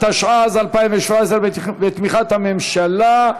התשע"ז 2017, בתמיכת הממשלה.